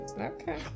Okay